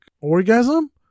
orgasm